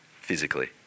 physically